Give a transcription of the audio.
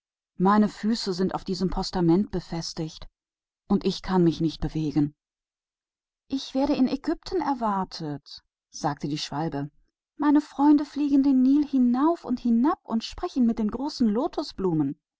meine füße sind an dem sockel befestigt und ich kann mich nicht bewegen man erwartet mich in ägypten sagte der schwälberich meine freunde fliegen den nil auf und nieder und unterhalten sich mit den großen